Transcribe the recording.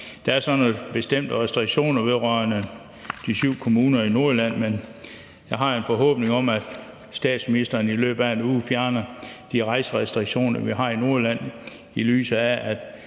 Der er så nogle bestemte restriktioner vedrørende de syv kommuner i Nordjylland, men jeg har en forhåbning om, at statsministeren i løbet af en uge fjerner de rejserestriktioner, vi har i Nordjylland, i lyset af